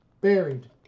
buried